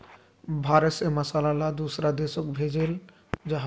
भारत से मसाला ला दुसरा देशोक भेजल जहा